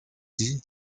die